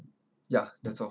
ya that's all